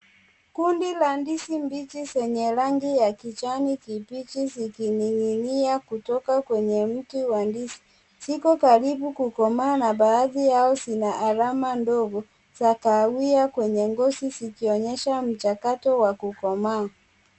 Kundi la ndizi mbichi zenye rangi ya kijani kibichi zikininginia kutoka kwenye mti wa ndizi. Ziko karibu kukomaa na baadhi yao zina alama ndogo za kahawia kwenye ngozi zikionyesha mchakato wa kukomaa.